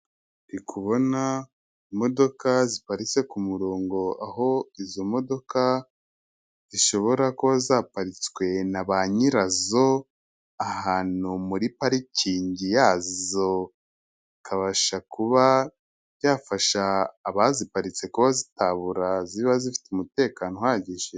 Ndikubona imodoka ziparitse ku murongo aho izo modoka zishobora kuba zaparitswe na ba nyirazo ahantu muri parikingi yazo bikabasha kuba byafasha abaziparitse kuba zitabura ziba zifite umutekano uhagije.